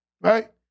Right